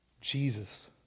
Jesus